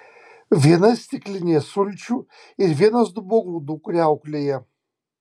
viena stiklinė sulčių ir vienas dubuo grūdų kriauklėje